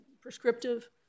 prescriptive